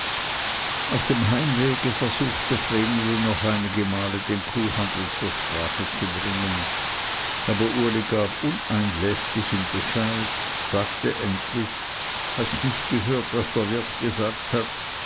auf dem heimwege versuchte vreneli noch einige male den kuhhandel zur sprache zu bringen aber uli gab uneinläßlichen bescheid sagte endlich hast nicht gehört was der wirt gesagt hat